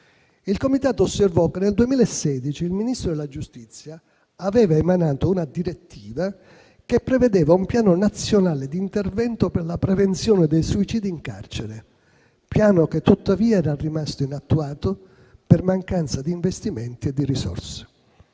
Il Comitato osservò che nel 2016 il Ministro della giustizia aveva emanato una direttiva che prevedeva un piano nazionale di intervento per la prevenzione dei suicidi in carcere; piano che tuttavia era rimasto inattuato per mancanza di investimenti e di risorse.